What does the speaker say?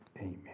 amen